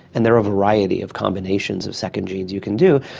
and there are a variety of combinations of second genes you can do,